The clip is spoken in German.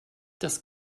das